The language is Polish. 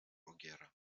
ogiera